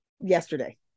yesterday